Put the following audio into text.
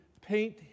paint